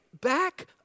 back